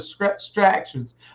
distractions